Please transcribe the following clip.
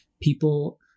people